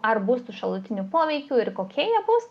ar bus tų šalutinių poveikių ir kokie jie bus